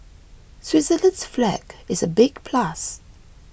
Switzerland's flag is a big plus